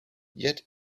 yet